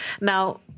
Now